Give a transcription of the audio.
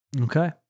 Okay